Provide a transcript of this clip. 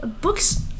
books